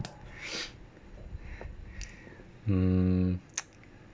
hmm